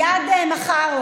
שמשרד התיירות ישב מייד מחר,